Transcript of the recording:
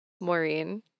Maureen